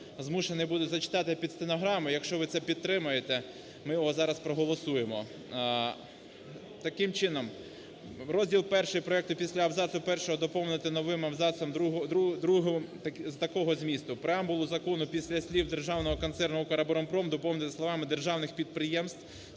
змушений буду зачитати під стенограму. Якщо ви це підтримаєте, ми його зараз проголосуємо. Таким чином, розділ І проекту після абзацу першого доповнити новим абзацом другим такого змісту: "Преамбулу закону після слів "Державного концерну "Укроборонпром" доповнити словами "державних підприємств,